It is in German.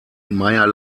meyer